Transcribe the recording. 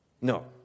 No